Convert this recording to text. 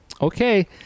okay